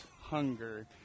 hunger